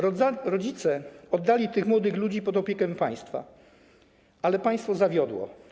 Rodzice oddali tych młodych ludzi pod opiekę państwa, ale państwo zawiodło.